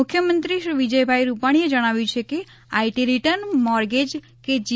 મુખ્યમંત્રી શ્રી વિજયભાઇ રૂપાણીએ જણાવ્યું છે કે આઇ ટી રિટર્ન મોર્ગેજ કે જી